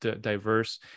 diverse